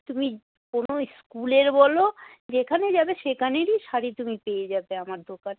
তুমি কোনো স্কুলের বলো যেখানে যাবে সেখানেরই শাড়ি তুমি পেয়ে যাবে আমার দোকানে